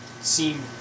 seem